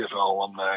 alumni